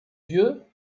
dieu